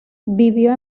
vivió